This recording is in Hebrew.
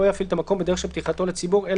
לא יפעיל את המקום בדרך של פתיחתו לציבור אלא